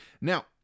Now